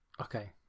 Okay